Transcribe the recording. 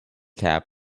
cap